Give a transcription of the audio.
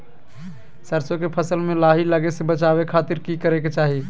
सरसों के फसल में लाही लगे से बचावे खातिर की करे के चाही?